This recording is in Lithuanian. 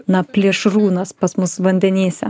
na plėšrūnas pas mus vandenyse